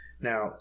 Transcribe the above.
Now